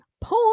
point